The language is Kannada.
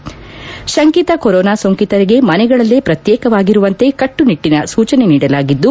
ಕಶಂಕಿತ ಕೊರೋನಾ ಸೋಂಕಿತರಿಗೆ ಮನೆಗಳಲ್ಲೇ ಪ್ರತ್ಯೇಕವಾಗಿರುವಂತೆ ಕಟ್ಸುನಿಟ್ಟನ ಸೂಚನೆ ನೀಡಲಾಗಿದ್ದು